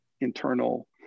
internal